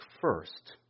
first